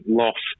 loss